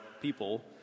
people